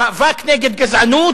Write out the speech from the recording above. המאבק נגד גזענות